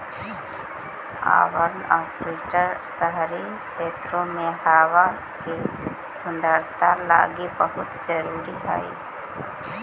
urban forestry शहरी क्षेत्रों में हावा के शुद्धता लागी बहुत जरूरी हई